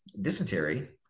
dysentery